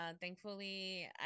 thankfully